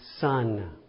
son